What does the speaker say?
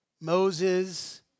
Moses